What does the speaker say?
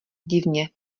divně